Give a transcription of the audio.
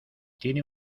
tiene